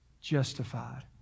justified